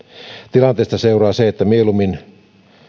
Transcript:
tilanteesta seuraa se että mieluummin